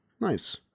Nice